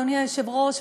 אדוני היושב-ראש,